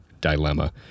Dilemma